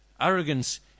arrogance